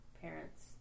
parents